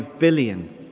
billion